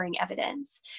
evidence